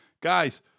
Guys